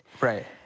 Right